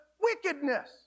wickedness